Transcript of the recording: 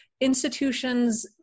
institutions